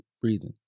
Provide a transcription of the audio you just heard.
breathing